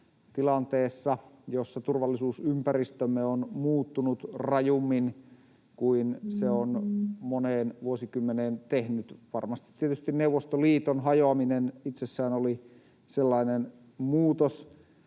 tilanteessa, jossa turvallisuusympäristömme on muuttunut rajummin kuin se on moneen vuosikymmeneen tehnyt. Varmasti Neuvostoliiton hajoaminen itsessään